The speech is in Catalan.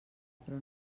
però